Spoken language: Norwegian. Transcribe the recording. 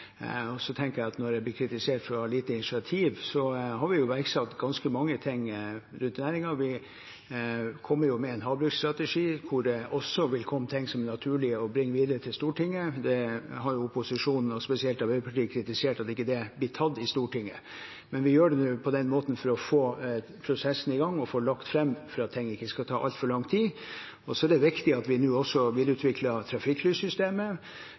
Når jeg blir kritisert for å ha lite initiativ, tenker jeg at vi har iverksatt ganske mange ting rundt næringen. Vi kommer med en havbruksstrategi, hvor det også vil komme ting som det er naturlig å bringe videre til Stortinget. Det har opposisjonen, og spesielt Arbeiderpartiet, kritisert at ikke har blitt tatt til Stortinget. Vi gjør det nå på den måten for å få prosessen i gang og få lagt det fram, slik at ting ikke skal ta altfor lang tid. Det er også viktig at vi nå